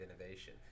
innovation